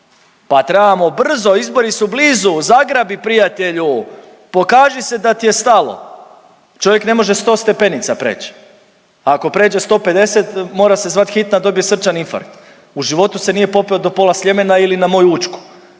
pa trebamo brzo, izbori su blizu, zagrabi prijatelju pokaži se da ti je stalo. Čovjek ne može 100 stepenica preći, a ako pređe 150 mora se zvati hitna dobije srčani infarkt, u životu se nije popeo do pola Sljemena ili na moju Učku,